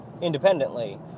independently